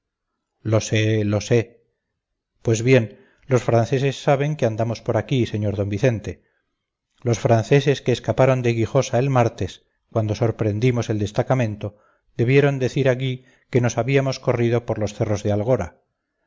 lo sé lo sé pues bien los franceses saben que andamos por aquí sr d vicente los franceses que escaparon de guijosa el martes cuando sorprendimos el destacamento debieron decir a gui que nos habíamos corrido por los cerros de algora